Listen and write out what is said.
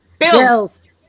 Bills